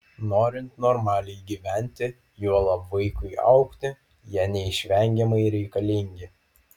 norint normaliai gyventi juolab vaikui augti jie neišvengiamai reikalingi